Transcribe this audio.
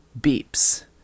Beeps